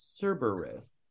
Cerberus